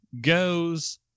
goes